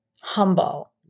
humble